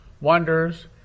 wonders